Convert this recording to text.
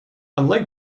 unlike